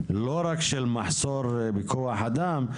לא רק של מחסור בכוח אדם.